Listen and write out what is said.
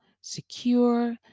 secure